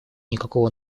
никакого